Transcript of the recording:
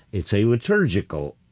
it's a liturgical,